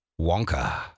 Wonka